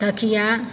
तकिया